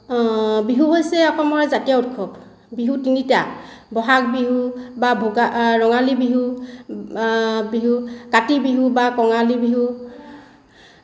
বিহু হৈছে অসমৰ জাতীয় উৎসৱ বিহু তিনিটা ব'হাগ বিহু বা ৰঙালী বিহু কাতি বিহু বা কঙালী বিহু